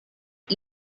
and